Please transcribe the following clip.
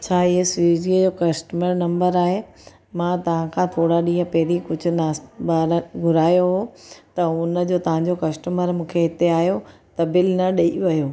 छा इहो स्विगीअ जो कस्टमर नंबर आहे मां तव्हां खां थोरा ॾींहं पहिरीं कुछ नास्तो ॿाहिरां घुरायो हुओ त उनजो तव्हां जो कस्टमर मूंखे हिते आयो त बिल न ॾेई वियो